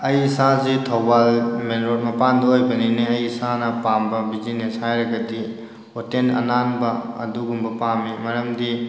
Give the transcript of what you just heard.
ꯑꯩ ꯏꯁꯥꯁꯤ ꯊꯧꯕꯥꯜ ꯃꯦꯟ ꯔꯣꯗ ꯃꯄꯥꯟꯗ ꯑꯣꯏꯕꯅꯤꯅ ꯑꯩ ꯏꯁꯥꯅ ꯄꯥꯝꯕ ꯕꯤꯖꯤꯅꯦꯁ ꯍꯥꯏꯔꯒꯗꯤ ꯍꯣꯇꯦꯜ ꯑꯅꯥꯟꯕ ꯑꯗꯨꯒꯨꯝꯕ ꯄꯥꯝꯃꯤ ꯃꯔꯝꯗꯤ